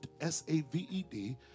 S-A-V-E-D